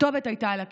הכתובת הייתה על הקיר.